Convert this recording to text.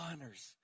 honors